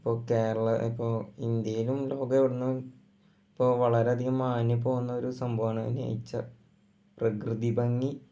ഇപ്പോൾ കേരളം ഇപ്പോൾ ഇന്ത്യയിലും ലോകം എവിടുന്ന് ഇപ്പോൾ വളരെ അധികം മാഞ്ഞ് പോകുന്നൊരു സംഭവമാണ് നെയ്ച്ചർ പ്രകൃതി ഭംഗി